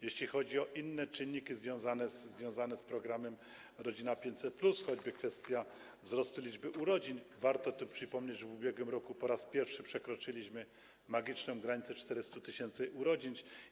Jeśli chodzi o inne czynniki związane z programem „Rodzina 500+”, choćby kwestię wzrostu liczby urodzeń, to warto tu przypomnieć, że w ubiegłym roku po raz pierwszy przekroczyliśmy magiczną granicę 400 tys. urodzeń.